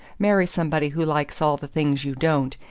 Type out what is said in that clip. marry somebody who likes all the things you don't,